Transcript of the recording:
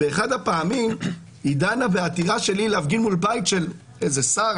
באחת הפעמים היא דנה בעתירה השלי להפגין מול בית של איזה שר,